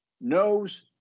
knows